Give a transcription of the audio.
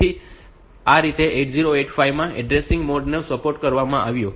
તેથી આ રીતે 8085 માં આ એડ્રેસિંગ મોડ્સ ને સપોર્ટ કરવામાં આવે છે